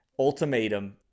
Ultimatum